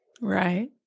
Right